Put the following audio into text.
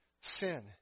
Sin